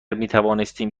میتوانستیم